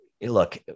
look